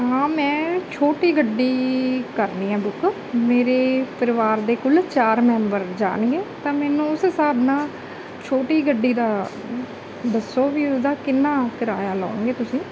ਹਾਂ ਮੈਂ ਛੋਟੀ ਗੱਡੀ ਕਰਨੀ ਹੈ ਬੁੱਕ ਮੇਰੇ ਪਰਿਵਾਰ ਦੇ ਕੁੱਲ ਚਾਰ ਮੈਂਬਰ ਜਾਣਗੇ ਤਾਂ ਮੈਨੂੰ ਉਸ ਹਿਸਾਬ ਨਾਲ ਛੋਟੀ ਗੱਡੀ ਦਾ ਦੱਸੋ ਵੀ ਉਹਦਾ ਕਿੰਨਾ ਕਿਰਾਇਆ ਲਓਗੇ ਤੁਸੀਂ